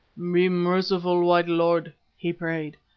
be merciful, white lord he prayed,